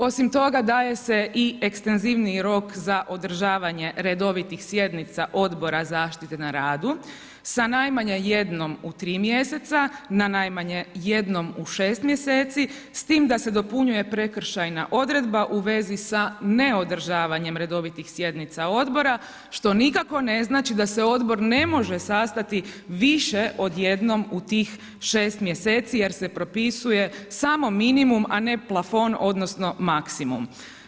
Osim toga daje se i ekstenzivniji rok za održavanje redovitih sjednica Odbora zaštite na radu sa najmanje jednom u 3 mjeseca na najmanje jednom u 6 mjeseci s time da se dopunjuje prekršajna odredba u vezi sa neodržavanjem redovitih sjednica odbora što nikako ne znači da se odbor ne može sastati više od jednom u tih 6 mjeseci jer se propisuje samo minimum a ne plafon odnosno maksimum.